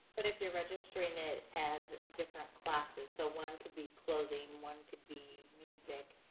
but if you're registering it as different classes, so one could be clothing. one could be music.